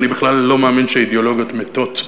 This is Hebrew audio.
אני בכלל לא מאמין שאידיאולוגיות מתות.